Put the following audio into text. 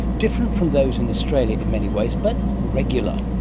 different from those in australia in many ways, but regular.